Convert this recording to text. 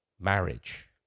marriage